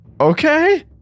okay